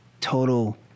total